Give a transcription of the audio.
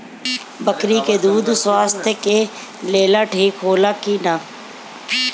बकरी के दूध स्वास्थ्य के लेल ठीक होला कि ना?